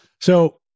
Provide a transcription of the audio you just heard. So-